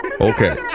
Okay